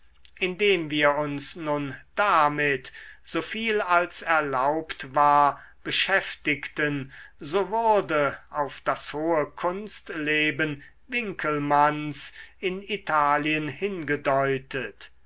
indem wir uns nun damit so viel als erlaubt war beschäftigten so wurde auf das hohe kunstleben winckelmanns in italien hingedeutet